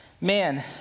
man